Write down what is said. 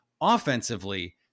offensively